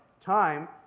time